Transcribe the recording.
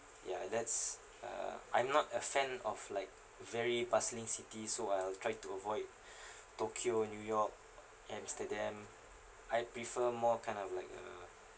ya that's uh I'm not a fan of like very bustling city so I'll try to avoid tokyo new york amsterdam I prefer more kind of like uh